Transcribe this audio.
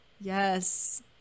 Yes